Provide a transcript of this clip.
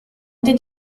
did